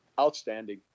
Outstanding